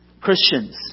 Christians